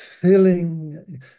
filling